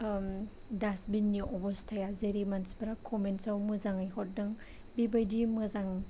ओम दासबिननि अबस्टाया जेरै मानसिफ्रा कमेन्टसआव मोजाङै हरदों बेबायदि मोजां